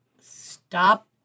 stop